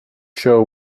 show